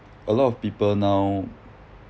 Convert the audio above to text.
a lot of people now